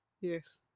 Yes